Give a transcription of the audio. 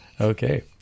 okay